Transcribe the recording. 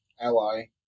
ally